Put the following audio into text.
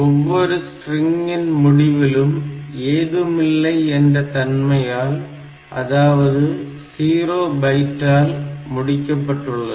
ஒவ்வொரு ஸ்ட்ரிங்கின் முடிவிலும் ஏதுமில்லை என்ற தன்மையால் அதாவது 0 பைட்டால் முடிக்கப்பட்டுள்ளது